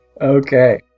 Okay